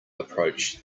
approach